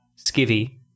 skivvy